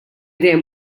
dejjem